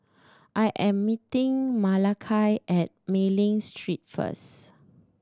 I am meeting Malakai at Mei Ling Street first